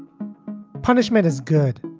punishment is good.